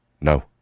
No